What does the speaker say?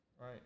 right